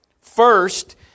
First